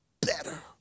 better